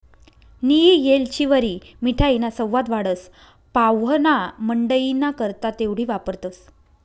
नियी येलचीवरी मिठाईना सवाद वाढस, पाव्हणामंडईना करता तेवढी वापरतंस